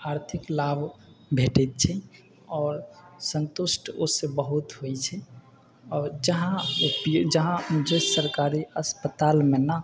आर्थिक लाभ भेटै छै आओर सन्तुष्ट ओहिसँ बहुत होइ छै जहाँपर जहाँ जिस सरकारी अस्पतालमे ने